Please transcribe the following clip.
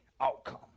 outcome